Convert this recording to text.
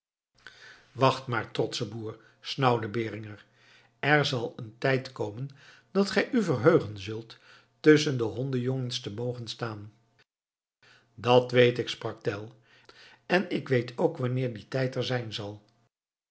wacht maar trotsche boer snauwde beringer er zal een tijd komen dat gij u verheugen zult tusschen de hondenjongens te mogen staan dat weet ik sprak tell en ik weet ook wanneer die tijd er zijn zal